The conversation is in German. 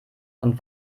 und